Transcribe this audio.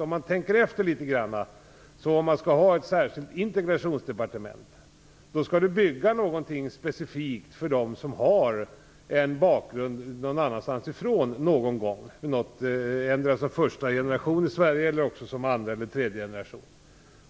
Om vi tänker efter litet grand inser vi att förslaget om ett särskilt integrationsdepartement innebär att man bygger upp något specifikt för dem som har en bakgrund någon annanstans, endera som första generation i Sverige eller som andra eller tredje generation,